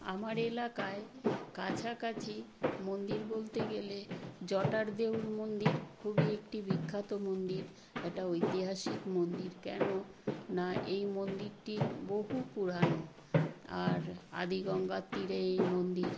আমার এলাকায় কাছাকাছি মন্দির বলতে গেলে জটারদেউর মন্দির খুবই একটি বিখ্যাত মন্দির একটা ঐতিহাসিক মন্দির কেন না এই মন্দিরটি বহু পুরানো আর আদি গঙ্গার তীরে এই মন্দির